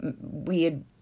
weird